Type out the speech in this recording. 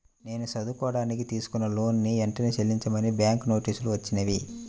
నేను చదువుకోడానికి తీసుకున్న లోనుని వెంటనే చెల్లించమని బ్యాంకు నోటీసులు వచ్చినియ్యి